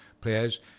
players